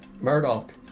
Murdoch